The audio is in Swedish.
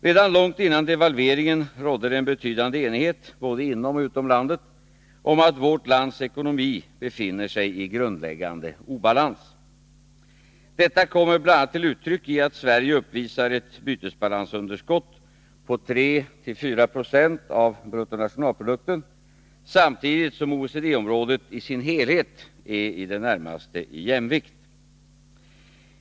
Redan långt innan devalveringen genomfördes rådde det en betydande enighet — både inom och utom landet — Nr 35 om att vårt lands ekonomi befinner sig i grundläggande obalans. Detta Fredagen den kommer bl.a. till uttryck i att Sverige uppvisar ett bytesbalansunderskott på 26 november 1982 3-4 20 av BNP samtidigt som OECD-området i sin helhet är i det närmaste i jämvikt.